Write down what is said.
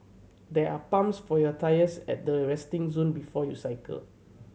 there are pumps for your tyres at the resting zone before you cycle